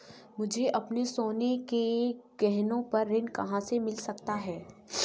मुझे अपने सोने के गहनों पर ऋण कहाँ से मिल सकता है?